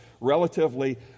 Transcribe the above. relatively